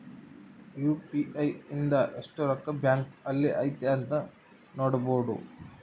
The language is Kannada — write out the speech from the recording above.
ಯು.ಪಿ.ಐ ಇಂದ ಎಸ್ಟ್ ರೊಕ್ಕ ಬ್ಯಾಂಕ್ ಅಲ್ಲಿ ಐತಿ ಅಂತ ನೋಡ್ಬೊಡು